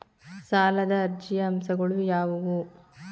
ಸಾಲದ ಅರ್ಜಿಯ ಅಂಶಗಳು ಯಾವುವು?